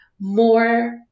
more